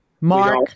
Mark